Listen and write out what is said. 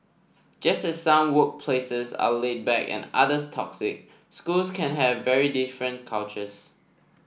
just as some workplaces are laid back and others toxic schools can have very different cultures